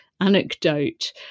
anecdote